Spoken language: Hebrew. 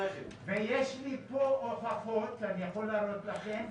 ויש לי פה הוכחות שאני יכול להראות לכם.